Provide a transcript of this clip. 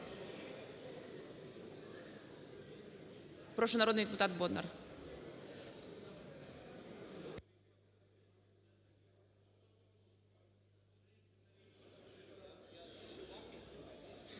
Прошу, народний депутат Бондар.